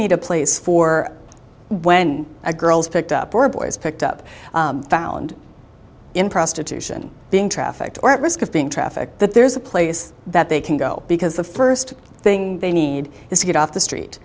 need a place for when girls picked up were boys picked up found in prostitution being trafficked or at risk of being trafficked that there's a place that they can go because the first thing they need is to get off the street